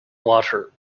water